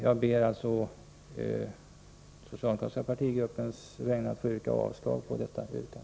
Jag ber å den socialdemokratiska partigruppens vägnar att få yrka avslag på Per Unckels yrkande.